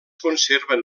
conserven